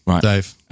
Dave